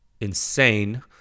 insane